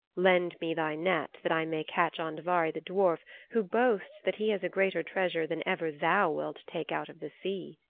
lend me thy net that i may catch andvari the dwarf who boasts that he has a greater treasure than ever thou wilt take out of the sea,